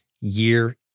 year